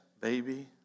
baby